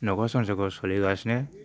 न'खर संसारखौ सोलिगासिनो